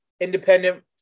independent